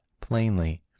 plainly